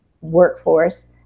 workforce